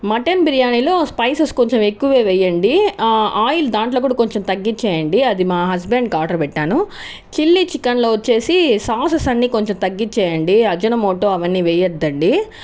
mutton బిర్యానీలో spices కొంచెం ఎక్కువ వేయండి ఆయిల్ దాంట్లో కూడా కొంచెం తగ్గించేయండి అది మా హస్బెండ్కి ఆర్డర్ పెట్టాను చిల్లీ చికెన్లో వచ్చి సాసెస్ అన్నీ కొంచెం తగ్గించి వేయండి ఒరేగానో మోటో అవన్నీ వేయద్దండి